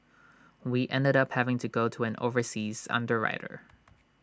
we ended up having to go to an overseas underwriter